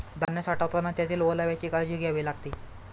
धान्य साठवताना त्यातील ओलाव्याची काळजी घ्यावी लागते